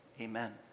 Amen